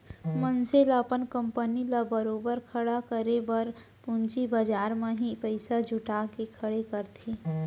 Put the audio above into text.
मनसे ल अपन कंपनी ल बरोबर खड़े करे बर पूंजी बजार म ही पइसा जुटा के खड़े करथे